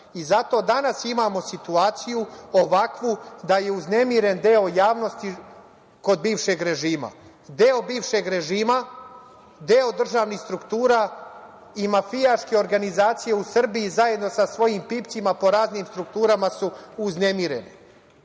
danas imamo situaciju, ovakvu, da je uznemiren deo javnosti kod bivšeg režima. Deo bivšeg režima, deo državnih struktura i mafijaške organizacije u Srbiji zajedno sa svojim pipcima po raznim strukturama su uznemireni.